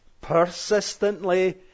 persistently